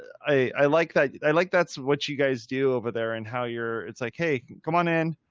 i like that. i like, that's what you guys do over there and how you're, it's like, hey, come on in.